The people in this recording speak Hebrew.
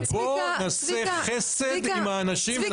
בואו נעשה חסד עם האנשים.